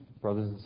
brothers